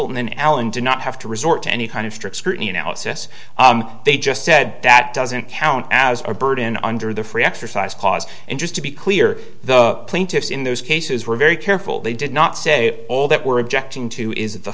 an alan do not have to resort to any kind of strict scrutiny analysis they just said that doesn't count as our burden under the free exercise clause and just to be clear the plaintiffs in those cases were very careful they did not say all that were objecting to is the